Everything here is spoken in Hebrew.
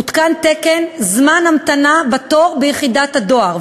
הותקן תקן זמן המתנה בתור ביחידת הדואר,